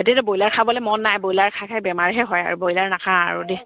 এতিয়াতো ব্ৰইলাৰ খাবলৈ মন নাই ব্ৰইলাৰ খাই খাই বেমাৰহে হয় আৰু ব্ৰইলাৰ নাখাও আৰু দেই